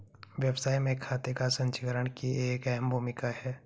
व्यवसाय में खाते का संचीकरण की एक अहम भूमिका है